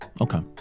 Okay